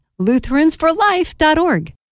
Lutheransforlife.org